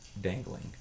dangling